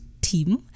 team